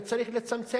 מזיק מאנשים